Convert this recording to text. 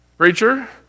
Preacher